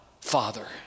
Father